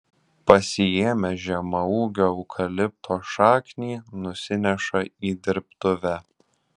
pasiėmęs žemaūgio eukalipto šaknį nusineša į dirbtuvę